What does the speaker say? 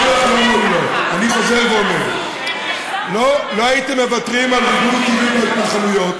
אני חוזר ואומר: לא הייתם מוותרים על ריבוי טבעי בהתנחלויות,